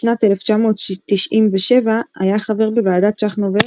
בשנת 1997 היה חבר בוועדת צ'חנובר,